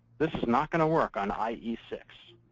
this is not going to work on i e six,